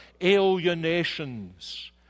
Alienations